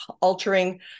altering